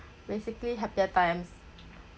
basically happier times